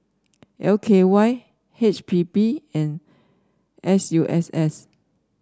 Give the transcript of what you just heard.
L K Y H P B and S U S S